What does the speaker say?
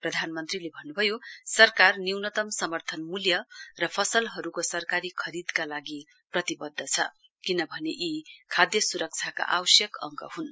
प्रधानमन्त्रीले भन्नुभयो सरकार न्यूनतम समर्थन मूल्य र फसलहरूको सरकारी खरीदका लागि प्रतिबध्द छ किनभने यी खाध सुरक्षाका आवश्यक अङ्ग ह्न्